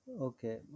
Okay